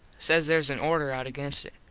says theres an order out against it.